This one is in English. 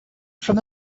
from